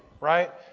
right